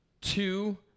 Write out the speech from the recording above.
two